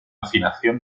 afinación